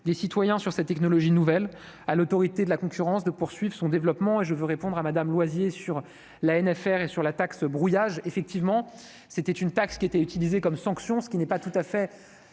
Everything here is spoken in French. des citoyens sur cette technologie nouvelle à l'autorité de la concurrence de poursuivre son développement et je veux répondre à Madame Loisier sur l'ANFR et sur la taxe brouillage effectivement c'était une taxe qui était utilisé comme sanction, ce qui n'est pas tout à fait